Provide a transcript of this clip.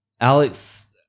Alex